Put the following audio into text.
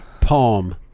palm